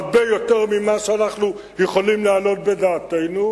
הרבה יותר ממה שאנחנו יכולים לעלות בדעתנו,